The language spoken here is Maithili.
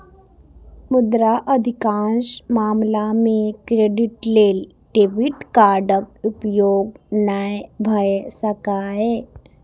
मुदा अधिकांश मामला मे क्रेडिट लेल डेबिट कार्डक उपयोग नै भए सकैए